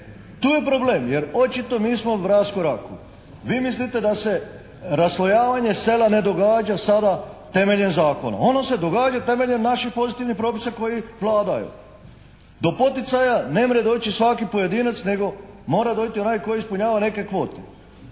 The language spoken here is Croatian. Tu je problem. Jer očito mi smo u raskoraku. Vi mislite da se raslojavanje sela ne događa sada temeljem zakona. Ono se događa temeljem naših pozitivnih propisa koji vladaju. Do poticaja ne može doći svaki pojedinac nego mora doći onaj koji ispunjava neke kvote.